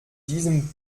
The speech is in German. diesem